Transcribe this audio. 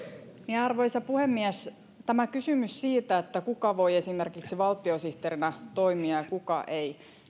arvoisa puhemies tämä kysymys siitä kuka voi esimerkiksi valtiosihteerinä toimia ja kuka ei